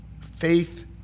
faith